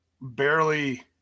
Barely